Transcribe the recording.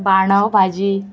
बाणव भाजी